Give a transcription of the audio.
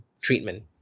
treatment